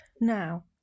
Now